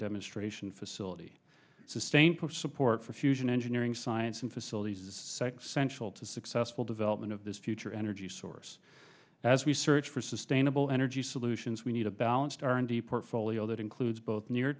demonstration facility sustained post support for fusion engineering science and facilities is central to successful development of this future energy source as we search for sustainable energy solutions we need a balanced r and d portfolio that includes both near